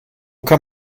kann